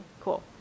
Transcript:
cool